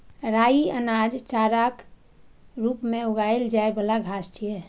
राइ अनाज, चाराक रूप मे उगाएल जाइ बला घास छियै